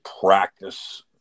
practice